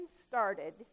started